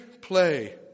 play